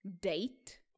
date